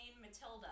Matilda